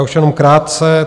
Už jenom krátce.